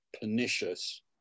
pernicious